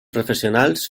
professionals